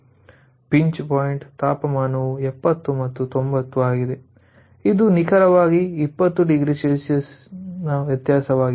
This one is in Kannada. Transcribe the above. ಪಿಂಚ್ ಪಾಯಿಂಟ್ ತಾಪಮಾನವು 70 ಮತ್ತು 90 ಆಗಿದೆ ಇದು ನಿಖರವಾಗಿ 20oC ಯ ವ್ಯತ್ಯಾಸವಾಗಿದೆ